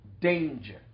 danger